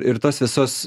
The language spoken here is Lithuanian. ir tas visas